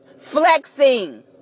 flexing